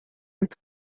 with